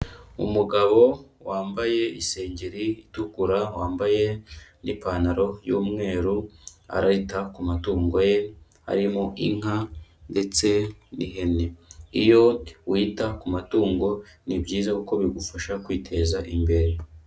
Umugabo wambaye isengeri itukura, wambaye n'ipantaro y'umweru arita ku matungo ye harimo inka ndetse n'ihene, iyo wita ku matungo ni byiza kuko bigufasha kwiteza imbere.